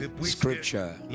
Scripture